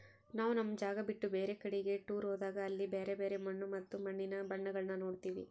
ನಾವು ನಮ್ಮ ಜಾಗ ಬಿಟ್ಟು ಬೇರೆ ಕಡಿಗೆ ಟೂರ್ ಹೋದಾಗ ಅಲ್ಲಿ ಬ್ಯರೆ ಬ್ಯರೆ ಮಣ್ಣು ಮತ್ತೆ ಮಣ್ಣಿನ ಬಣ್ಣಗಳನ್ನ ನೋಡ್ತವಿ